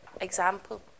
example